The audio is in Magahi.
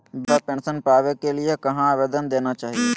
वृद्धा पेंसन पावे के लिए कहा आवेदन देना है?